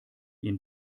ihn